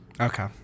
Okay